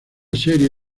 serie